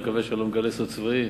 אני מקווה שאני לא מגלה סוד צבאי,